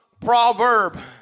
proverb